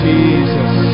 Jesus